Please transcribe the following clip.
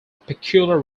peculiar